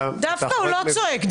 דווקא הוא לא צועק.